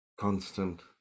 constant